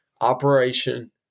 Operation